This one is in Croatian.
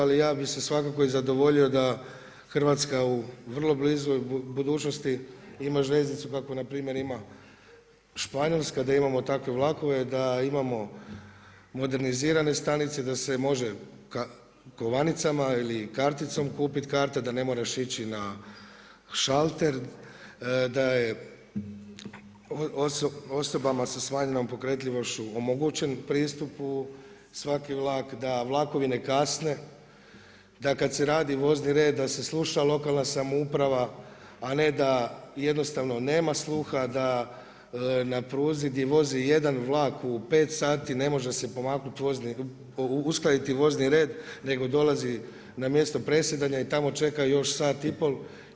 Ali ja bih se svakako i zadovoljio da Hrvatska u vrlo bližoj budućnosti ima željeznicu kakvu npr. ima Španjolska, da imamo takve vlakove, da imamo modernizirane stanice, da se može kovanicama ili karticom kupiti karte da ne moraš ići na šalter, da je osobama sa smanjenom pokretljivošću omogućen pristup u svaki vlak, da vlakovi ne kasne, da kada se radi vozni red da se sluša lokalna samouprava a ne da jednostavno nema sluha, da na pruzi gdje vozi jedan vlak u 5 sati ne može se pomaknuti, uskladiti vozni red nego dolazi na mjesto presjedanja i tamo čeka još sat i pol.